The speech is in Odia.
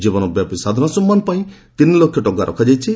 ଜୀବନବ୍ୟାପୀ ସାଧନା ସମ୍ମାନ ପାଇଁ ତିନିଲକ୍ଷ ଟଙ୍କା ରଖାଯାଇଛି